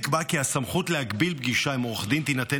נקבע כי הסמכות להגביל פגישה עם עורך דין תינתן